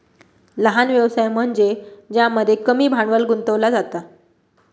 लहान व्यवसाय म्हनज्ये ज्यामध्ये कमी भांडवल गुंतवला जाता